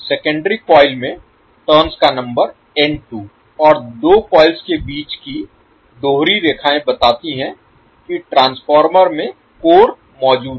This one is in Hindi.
सेकेंडरी कॉइल में टर्न्स का नंबर N2 और दो कॉइल्स के बीच की दोहरी रेखाएं बताती हैं कि ट्रांसफार्मर में कोर मौजूद है